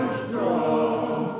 strong